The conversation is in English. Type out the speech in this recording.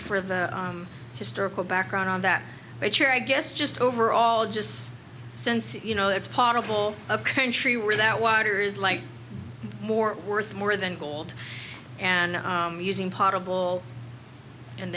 for the historical background on that but your i guess just overall just since you know it's possible a country without water is like more worth more than gold and using possible and